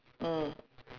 mm